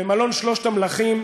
במלון "שלושת המלכים",